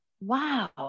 wow